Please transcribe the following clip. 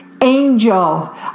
angel